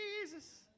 Jesus